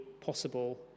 possible